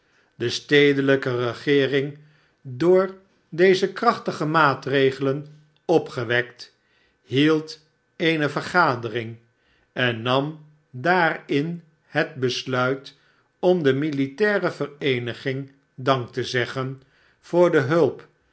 de stedelijke regeering door deze krachtige maatregelen opgewekl hield eene vergadering en nam daarin het beslait om de militaire vereenigmg dank te zeggen voor de hulp